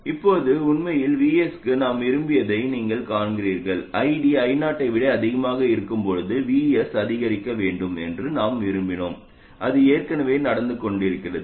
இப்போது உண்மையில் Vsக்கு நாம் விரும்பியதை நீங்கள் காண்கிறீர்கள் ID I0 யை விட அதிகமாக இருக்கும்போது Vs அதிகரிக்க வேண்டும் என்று நாங்கள் விரும்பினோம் அது ஏற்கனவே நடந்து கொண்டிருக்கிறது